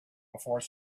before